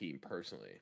personally